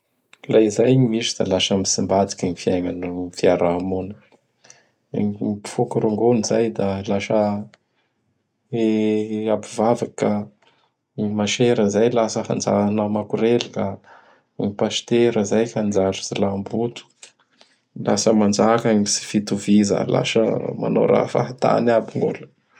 Laha izay gny misy da lasa mitsimbadiky gny fiaignan'ny fiaraha-mony. Gny gn mpifoky rongony izay da lasa hi-hampivavaky ka. Gny masera izay hanja lasa hanao makorely ka. Gny Pasitera zay hanjary Jiolahimboto. Lasa manjaka gny tsy fitoviza, lasa manao raha fahantany aby gn' olo.